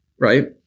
Right